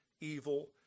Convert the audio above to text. evil